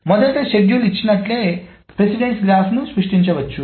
మొదట షెడ్యూల్ ఇచ్చినట్లయితే ప్రాధాన్యత గ్రాఫ్ను సృష్టించవచ్చు